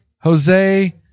jose